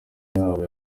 yabo